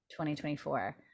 2024